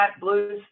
Blues